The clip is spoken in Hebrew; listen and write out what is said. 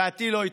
דעתי לא התקבלה.